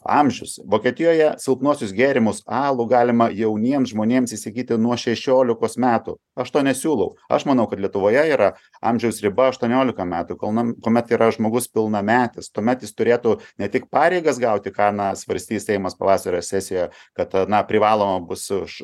amžius vokietijoje silpnuosius gėrimus alų galima jauniems žmonėms įsigyti nuo šešiolikos metų aš to nesiūlau aš manau kad lietuvoje yra amžiaus riba aštuoniolika metų kol nam kuomet yra žmogus pilnametis tuomet jis turėtų ne tik pareigas gauti ką na svarstys seimas pavasario sesiją kad na privalo bus už